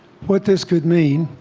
what this could mean